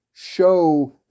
Show